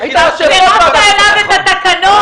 אתה צירפת למכתב את התקנות,